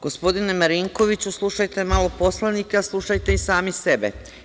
Gospodine Marinkoviću, slušajte malo poslanike, a slušajte i sami sebe.